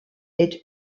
est